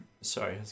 Sorry